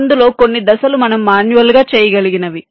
అందులో కొన్ని దశలు మనము మాన్యువల్ గా చేయగలిగినవి